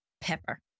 Pepper